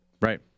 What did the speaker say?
Right